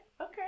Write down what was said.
Okay